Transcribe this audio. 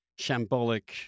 shambolic